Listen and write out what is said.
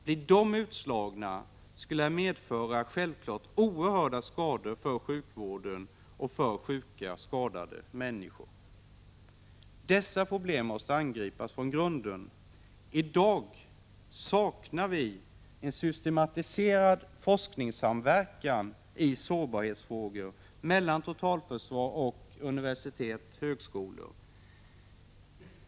Blir anläggningarna utslagna skulle det medföra oerhörda skador för sjukvården, för sjuka och skadade människor. Dessa problem måste angripas från grunden. I dag saknar vi en systematiserad forskningssamverkan i sårbarhetsfrågor mellan totalförsvaret och universitet och högskolor.